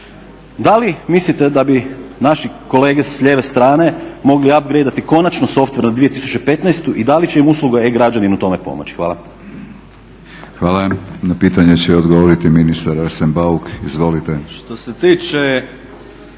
da li mislite da bi naši kolege s lijeve strane mogli ab … konačno softver na 2015.i da li će im usluga e-građani u tom pomoći? Hvala. **Batinić, Milorad (HNS)** Hvala. Na pitanje će odgovoriti ministar Arsen Bauk. Izvolite.